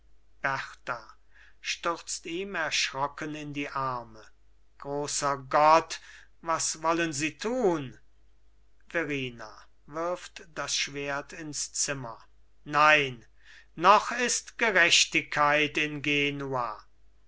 berta stürzt ihm erschrocken in die arme großer gott was wollen sie tun verrina wirft das schwert ins zimmer nein noch ist gerechtigkeit in genua